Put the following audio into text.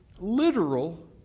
Literal